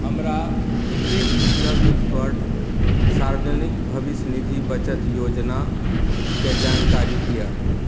हमरा एतेक उपलब्ध स्वर्ण सार्वजनिक भविष्य निधि बचत योजनाके जानकारी दिअ